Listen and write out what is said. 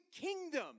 kingdom